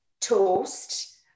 toast